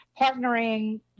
partnering